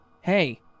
Hey